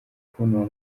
kubona